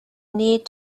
need